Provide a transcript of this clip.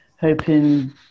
hoping